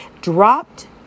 dropped